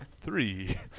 three